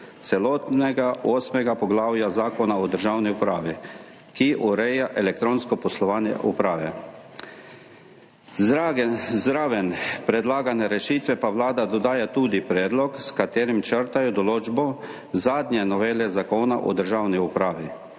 celotnega osmega poglavja Zakona o državni upravi, ki ureja elektronsko poslovanje uprave. Zraven predlagane rešitve pa Vlada dodaja tudi predlog, s katerim črtajo določbo zadnje novele Zakona o državni upravi,